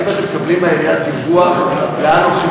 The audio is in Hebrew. האם אתם מקבלים מהעירייה דיווח לאן הולכים הכספים?